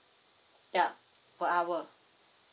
ya per hour